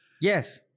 yes